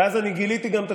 ואז גם גיליתי את התשובה.